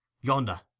yonder